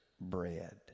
bread